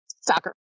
Soccer